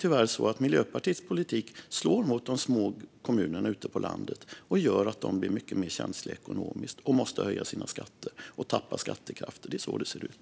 Miljöpartiets politik slår tyvärr mot de små kommunerna ute på landet. Den gör att de blir mycket mer ekonomiskt känsliga. De tappar skattekraft och måste höja sina skatter. Det är så det ser ut.